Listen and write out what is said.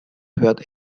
hört